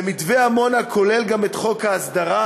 שמתווה עמונה כולל גם את חוק ההסדרה,